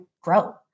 grow